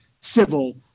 civil